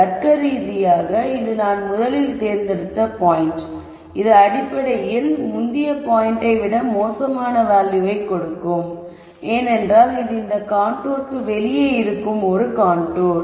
தர்க்கரீதியாக இது நான் முதலில் தேர்ந்தெடுத்த பாயிண்ட் இது அடிப்படையில் முந்தைய பாயிண்ட்டை விட மோசமான வேல்யூவை கொடுக்கும் ஏனென்றால் இது இந்த கான்டூர்க்கு வெளியே இருக்கும் ஒரு கான்டூர்